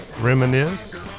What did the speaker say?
reminisce